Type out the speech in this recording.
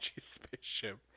spaceship